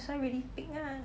that's why really pig ah